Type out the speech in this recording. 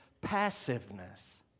passiveness